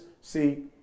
See